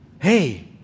Hey